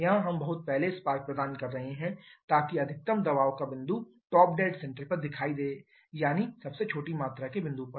यहां हम बहुत पहले स्पार्क प्रदान कर रहे हैं ताकि अधिकतम दबाव का बिंदु टॉप डेड सेंटर पर दिखाई दे यानी सबसे छोटी मात्रा के बिंदु पर